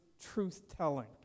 truth-telling